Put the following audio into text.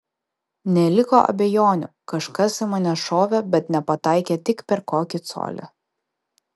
neliko abejonių kažkas į mane šovė bet nepataikė tik per kokį colį